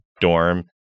dorm